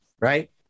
Right